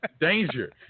Danger